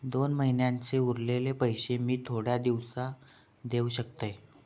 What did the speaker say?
दोन महिन्यांचे उरलेले पैशे मी थोड्या दिवसा देव शकतय?